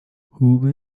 hube